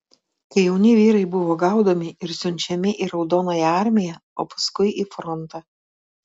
kai jauni vyrai buvo gaudomi ir siunčiami į raudonąją armiją o paskui į frontą